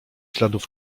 śladów